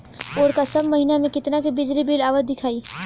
ओर का सब महीना में कितना के बिजली बिल आवत दिखाई